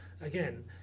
again